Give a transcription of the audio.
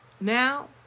Now